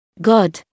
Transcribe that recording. God